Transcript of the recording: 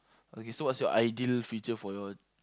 okay so what's your ideal feature for your